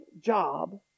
job